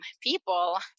people